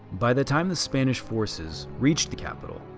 by the time the spanish forces reached the capital,